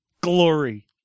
glory